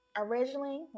originally